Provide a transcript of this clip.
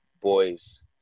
boys